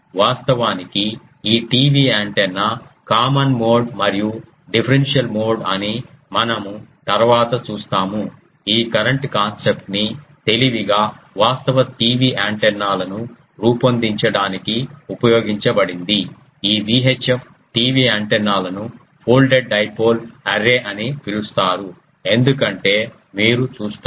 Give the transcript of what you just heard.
వాస్తవానికి ఈ TV antenna common mode మరియు డిఫరెన్షియల్ మోడ్ అని మనము తరువాత చూస్తాము ఈ కరెంట్ కాన్సెప్ట్ ని తెలివిగా వాస్తవ TV యాంటెన్నాలను రూపొందించడానికి ఉపయోగించబడింది ఈ VHF TV యాంటెన్నాలను పోల్డెడ్ డైపోల్ అర్రే అని పిలుస్తారు ఎందుకంటే మీరు చూస్తారు